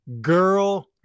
girl